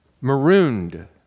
marooned